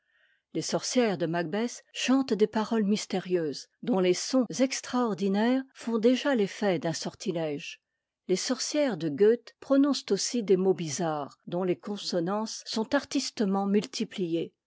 les sorcières de macbeth chantent des paroles mystérieuses dont les sons extraordinaires font déjà l'effet d'un sortilége les sorcières de goethe prononcent aussi des mots bizarres dont les consonnances sont artistement multipliées